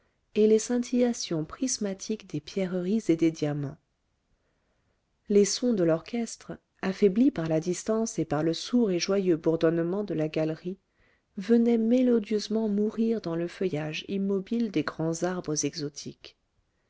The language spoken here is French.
et les scintillations prismatiques des pierreries et des diamants les sons de l'orchestre affaiblis par la distance et par le sourd et joyeux bourdonnement de la galerie venaient mélodieusement mourir dans le feuillage immobile des grands arbres exotiques